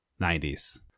90s